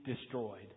destroyed